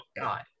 god